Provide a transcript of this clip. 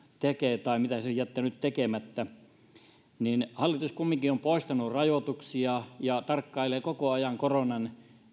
tekee tai mitä se on jättänyt tekemättä hallitus kumminkin on poistanut rajoituksia ja tarkkailee koko ajan koronan